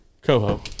coho